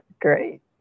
great